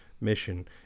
mission